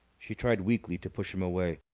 she tried weakly to push him away.